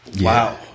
Wow